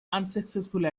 unsuccessful